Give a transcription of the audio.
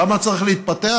למה צריך להתפתח?